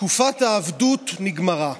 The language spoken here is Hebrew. תקופת העבדות נגמרה.